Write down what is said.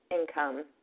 income